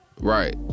Right